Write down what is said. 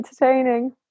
entertaining